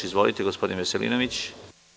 Izvolite, gospodine Veselinoviću.